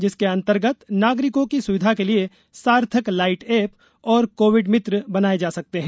जिसके अंतर्गत नागरिकों की सुविधा के लिये सार्थक लाइट एप और कोविड मित्र बनाए जा सकते हैं